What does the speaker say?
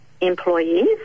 employees